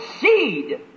seed